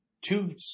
two